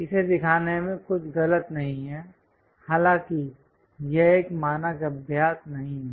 इसे दिखाने में कुछ गलत नहीं है हालाँकि यह एक मानक अभ्यास नहीं है